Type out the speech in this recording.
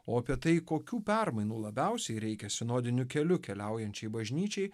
o apie tai kokių permainų labiausiai reikia sinodiniu keliu keliaujančiai bažnyčiai